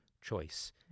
choice